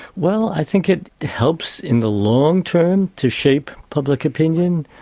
well, i think it helps in the long-term to shape public opinion,